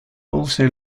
also